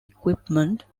equipment